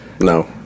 No